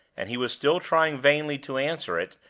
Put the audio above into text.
and he was still trying vainly to answer it,